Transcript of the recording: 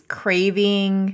craving